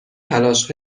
تلاش